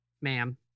Ma'am